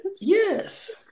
Yes